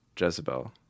Jezebel